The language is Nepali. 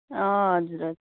अँ हजुर हजुर